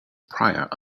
prior